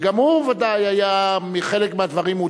וגם הוא ודאי היה מודאג מחלק מהדברים,